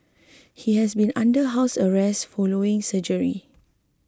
he has been under house arrest following surgery